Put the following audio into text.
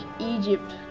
Egypt